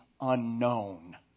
unknown